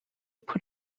put